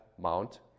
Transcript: Mount